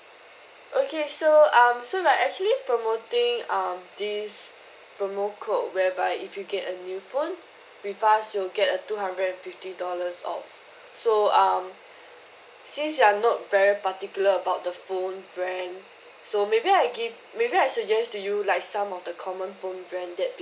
okay so um so we are actually promoting um this promo code whereby if you get a new phone with us you'll get a two hundred and fifty dollars off so um since you're not very particular about the phone brand so maybe I give maybe I suggest to you like some of the common phone brand that